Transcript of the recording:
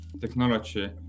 technology